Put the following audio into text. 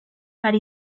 ari